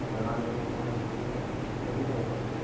लोणावळ्याला तुम्हाला फिरायला जायचं सर कधी जायचं सर